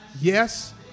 Yes